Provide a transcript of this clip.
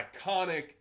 iconic